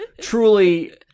truly